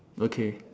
okay